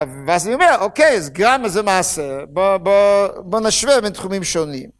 ואז אני אומר, אוקיי, איזה גרם זה מעשר, בוא נשווה בין תחומים שונים.